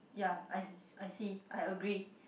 ya I I I see I agree